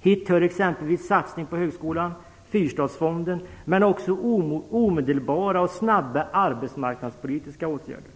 Hit hör exempelvis satsning på högskolan, Fyrstadsfonden, men också omedelbara och snabba arbetsmarknadspolitiska åtgärder.